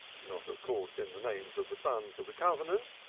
not of course in the name of the sons of the covenant,